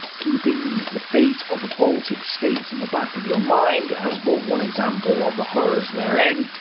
keeping the fate of the baltic states in the back of your mind, as but one example of the horrors therein,